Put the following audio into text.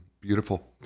beautiful